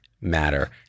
matter